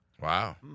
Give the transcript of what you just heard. Wow